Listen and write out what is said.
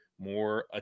more